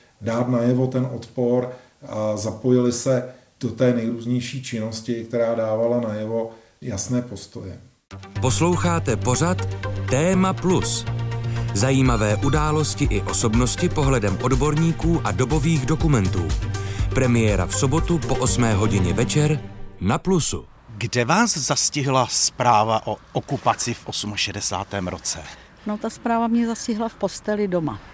dát najevo ten odpor a zapojili se do té nejrůznější činnosti, která dávala najevo jasné postoje. Posloucháte pořad Téma Plus. Zajímavé události i osobnosti pohledem odborníků a dobových dokumentů. Premiéra v sobotu po 8. hodině večer na Plusu. Kde vás zastihla zpráva o okupaci v 68. roce? No, ta zpráva mě zastihla v posteli doma.